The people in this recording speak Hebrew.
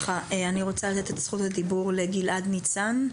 אני רוצה לתת את זכות הדיבור לחבר הכנסת לחבר הכנסת בן גביר.